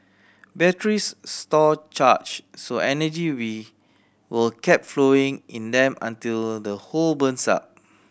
batteries store charge so energy will keep flowing in them until the whole burns up